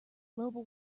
global